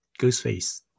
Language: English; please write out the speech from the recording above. Ghostface